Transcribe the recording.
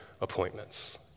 appointments